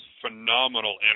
phenomenal